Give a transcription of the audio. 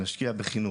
נשקיע בחינוך.